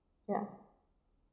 yeah